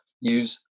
use